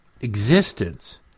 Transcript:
existence